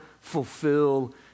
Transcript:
fulfill